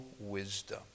wisdom